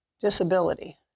disability